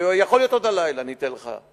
יכול להיות שעוד הלילה אני אתן לך.